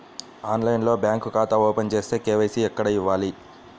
ఆన్లైన్లో బ్యాంకు ఖాతా ఓపెన్ చేస్తే, కే.వై.సి ఎక్కడ ఇవ్వాలి?